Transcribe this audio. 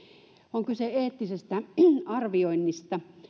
on kyse eettisestä arvioinnista